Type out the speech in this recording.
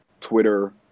Twitter